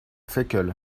fekl